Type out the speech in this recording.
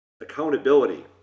accountability